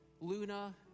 Luna